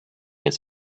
his